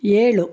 ಏಳು